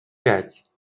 пять